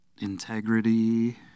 integrity